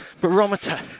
barometer